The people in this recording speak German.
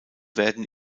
werden